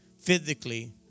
physically